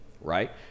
right